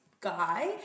guy